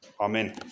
Amen